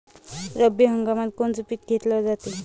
रब्बी हंगामात कोनचं पिक घेतलं जाते?